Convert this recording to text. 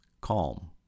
Calm